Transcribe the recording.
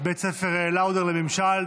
בית הספר לאודר לממשל,